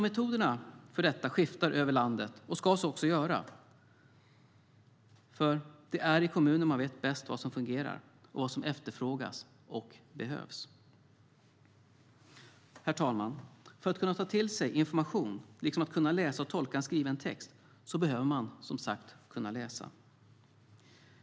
Metoderna för detta skiftar över landet och ska så göra, för det är i kommunen man vet bäst vad som fungerar och vad som efterfrågas och behövs. Herr talman! För att kunna ta till sig information liksom att kunna läsa och tolka en skriven text behöver man, som sagt, kunna läsa.